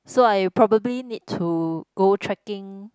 so I probably need to go tracking